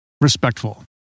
respectful